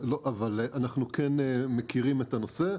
אבל אנחנו כן מכירים את הנושא,